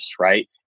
Right